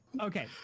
Okay